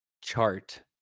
chart